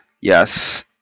Yes